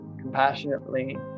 compassionately